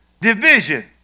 division